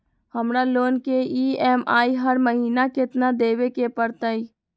हमरा लोन के ई.एम.आई हर महिना केतना देबे के परतई?